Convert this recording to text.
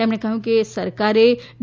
તેમણે કહ્યું કે સરકારે ડી